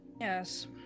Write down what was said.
Yes